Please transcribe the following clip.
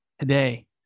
today